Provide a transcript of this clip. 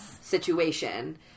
situation